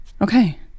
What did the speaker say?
Okay